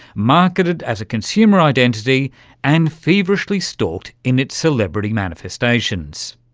marketed as a consumer identity and feverishly stalked in its celebrity manifestations.